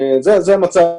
זה המצב.